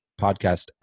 podcast